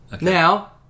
Now